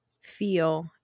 feel